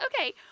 okay